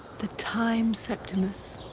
the time, septimus.